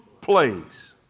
place